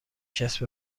کسب